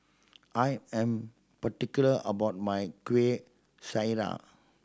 I am particular about my Kuih Syara